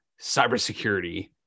cybersecurity